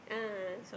ah